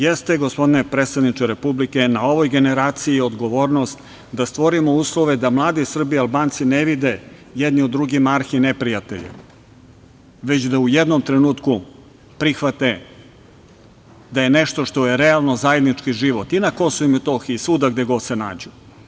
Jeste, gospodine predsedniče Republike, na ovoj generaciji odgovornost da stvorimo uslove da mladi Srbi i Albanci ne vide jedni u drugima arhi neprijatelje, već da u jednom trenutku prihvate da je nešto što je realno zajednički život i na Kosovu i Metohiji i svuda gde god se nađu.